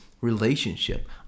relationship